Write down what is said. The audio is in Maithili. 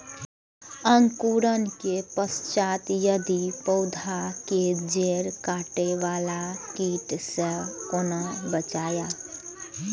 अंकुरण के पश्चात यदि पोधा के जैड़ काटे बाला कीट से कोना बचाया?